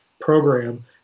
program